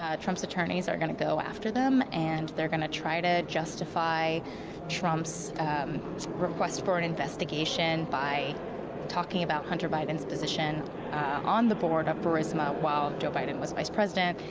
ah attorneys are going to go after them, and they are going to try to justify trump's request for an investigation by talking about hunter biden position on the board of burisma well joe biden was vice president.